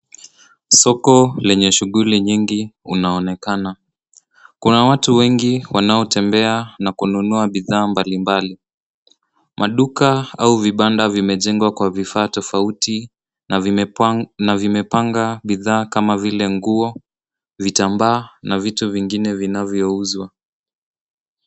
Soko lenye shuguli nyingi unaonekana. Kuna watu wengi wanaotembea na kunua bidhaa mbalimbali. Maduka ua vibanda vimejengwa kwa vifaa tofauti na vimepanga bidhaa kama vile nguo, vitambaa na vitu vingine vinavyouzwa.